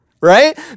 right